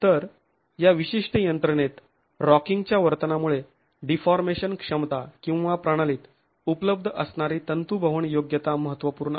तर या विशिष्ट यंत्रणेत रॉकिंग च्या वर्तनामुळे डीफॉर्मेशन क्षमता किंवा प्रणालीत उपलब्ध असणारी तंतूभवन योग्यता महत्त्वपूर्ण आहे